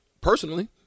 personally